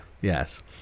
yes